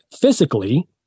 physically